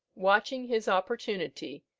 watching his opportunity,